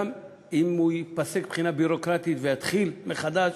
גם אם הוא ייפסק מבחינה ביורוקרטית ויתחיל מחדש,